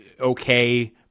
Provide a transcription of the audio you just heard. okay